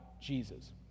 Jesus